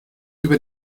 über